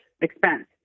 expense